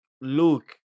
Luke